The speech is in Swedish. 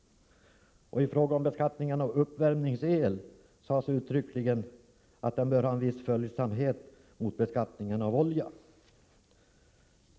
I fråga om beskattningen av uppvärmningsel sades uttryckligen att den bör ha viss följsamhet mot beskattningen av olja.